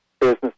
business